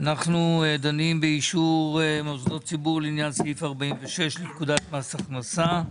על סדר היום הצעת אישור מוסדות ציבור לעניין סעיף 46 לפקודת מס הכנסה,